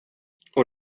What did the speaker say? och